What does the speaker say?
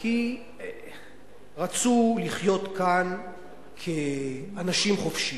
כי רצו לחיות כאן כאנשים חופשיים,